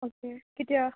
okay कित्या